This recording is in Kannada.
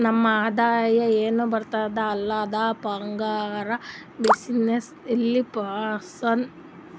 ನಮ್ ಆದಾಯ ಎನ್ ಬರ್ತುದ್ ಅಲ್ಲ ಅದು ಪಗಾರ, ಬಿಸಿನ್ನೆಸ್ನೇ ಇರ್ಲಿ ಅದು ಪರ್ಸನಲ್ ಫೈನಾನ್ಸ್ ಅಂತಾರ್